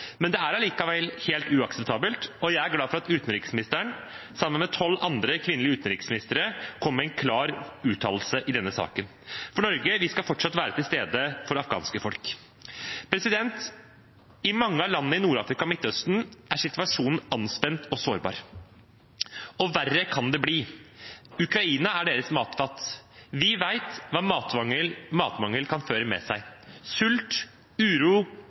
Men det er allikevel helt uakseptabelt, og jeg er glad for at utenriksministeren, sammen med tolv andre kvinnelige utenriksministre, kom med en klar uttalelse i denne saken. For Norge skal fortsatt være til stede for afghanske folk. I mange av landene i Nord-Afrika og Midtøsten er situasjonen anspent og sårbar, og verre kan det bli. Ukraina er deres matfat. Vi vet hva matmangel kan føre med seg: sult, uro,